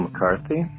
McCarthy